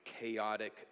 chaotic